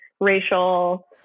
racial